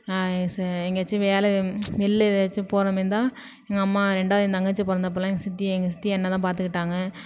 நான் எங்கே ச எங்கேயாச்சும் வேலை வெள்யில ஏதாச்சும் போறமாரி இருந்தால் எங்கள் அம்மா ரெண்டாவது என் தங்கச்சி பொறந்தப்பெல்லாம் எங்கள் சித்தி எங்கள் சித்தி என்னைதான் பார்த்துக்கிட்டாங்க